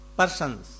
persons